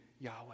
Yahweh